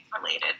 related